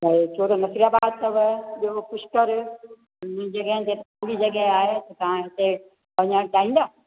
भई हिकिड़ो त नसीराबाद अथव ॿियो पुष्कर हुन जॻहयुनि ते खुली जॻह आहे त तव्हां हुते वञणु चाहींदा